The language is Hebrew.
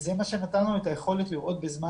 וזה מה שנתן לנו את היכולת לראות בזמן